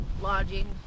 lodging